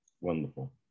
Wonderful